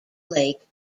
lake